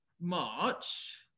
march